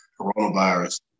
coronavirus